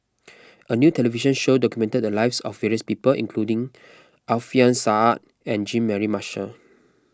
a new television show documented the lives of various people including Alfian Sa'At and Jean Mary Marshall